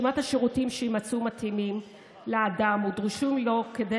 השירותים שיימצאו מתאימים לאדם ודרושים לו כדי